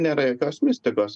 nėra jokios mistikos